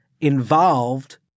involved